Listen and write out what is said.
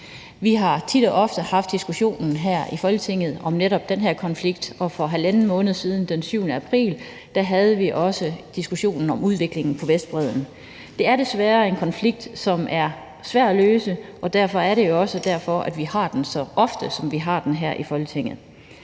Vi har tit og ofte haft diskussionen her i Folketinget om netop den her konflikt, og for halvanden måned siden, den 7. april, havde vi også diskussionen om udviklingen på Vestbredden. Det er desværre en konflikt, som er svær at løse, og det er også derfor, vi taler om den så ofte, som vi gør her i Folketinget.